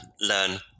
learn